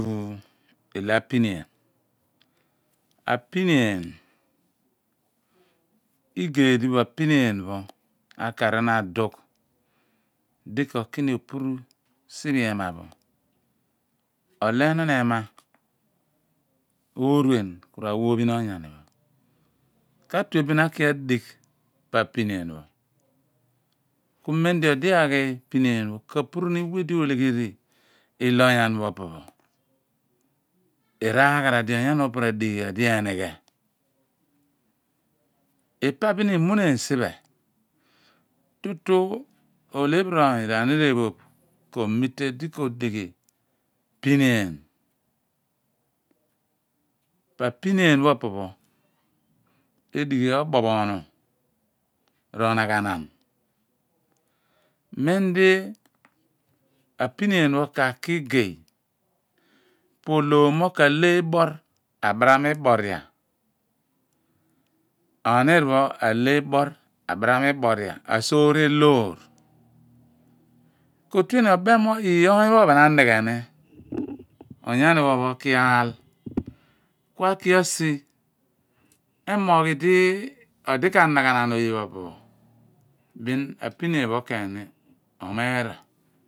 apinian a pinien igeedi pho apinian akarghan adugh di ko kini opuru siphe ema pho ole enon ema oruen ku ra wa ophen aniir kadue bin akii adig gh pa a pinien pho ku mem di odiaghi pinien pho akpuru ni we di aleghe eho onyani pho pa ema pho raghara di onyani adighi ghan idienighe ipe bin emuneen siphe tutu olebirioy raniiraphogh ko metee di ko dighi pinien po a pinien pho opo pho adighi obuphonu pohaghanaan memdi apinien pho tutu kaki igey po oloom mo ka he iboor abaram iboria aniir pho ale iboor a baran iboria asure loor ku tue ni obaem mo oyani pho pho anighe ni mo kia all dughsi sie kuenmoogh idi edi bin apinie pho beni bin o murah